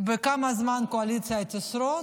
כמה זמן הקואליציה תשרוד,